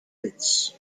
lakes